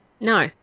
No